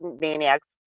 maniacs